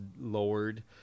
lowered